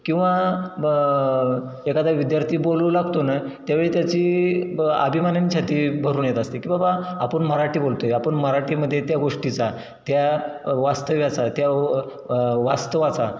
किंवा ब एखादा विद्यार्थी बोलू लागतो नं त्यावेळी त्याची ब अभिमानाने छाती भरून येत असते की बाबा आपण मराठी बोलतो आहे आपण मराठीमध्ये त्या गोष्टीचा त्या वास्तव्याचा त्या वास्तवाचा